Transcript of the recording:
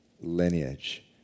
lineage